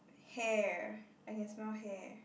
hair I can smell hair